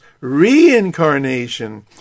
reincarnation